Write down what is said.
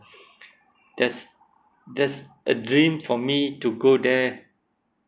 that's that's a dream for me to go there